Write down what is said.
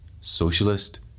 socialist